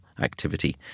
activity